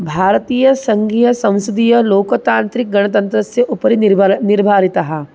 भारतीयसङ्घीयसंसधीय लोकतान्त्रिकगणतन्त्रस्य उपरि निर्भरः निर्भारितः